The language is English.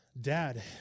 Dad